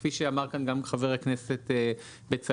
כפי שאמר כאן גם חבר הכנסת בצלאל,